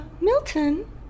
Milton